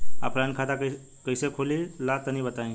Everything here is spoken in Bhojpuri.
ऑफलाइन खाता कइसे खुले ला तनि बताई?